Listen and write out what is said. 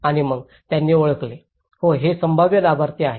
आणि मग त्यांनी ओळखले होय हे संभाव्य लाभार्थी आहेत